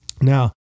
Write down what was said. Now